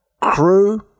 crew